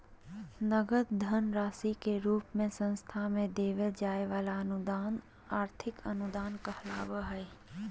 नगद धन राशि के रूप मे संस्था के देवल जाय वला अनुदान आर्थिक अनुदान कहलावय हय